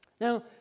Now